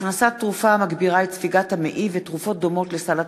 הכנסת תרופה המגבירה את ספיגת המעי ותרופות דומות לסל התרופות,